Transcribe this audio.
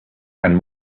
and